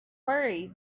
worry